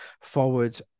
Forward